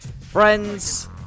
friends